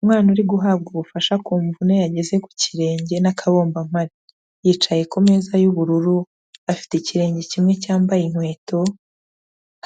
Umwana uri guhabwa ubufasha ku mvune yagize ku kirenge n'akabombampari, yicaye ku meza y'ubururu, afite ikirenge kimwe cyambaye inkweto,